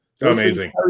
Amazing